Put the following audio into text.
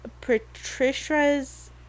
Patricia's